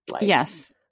yes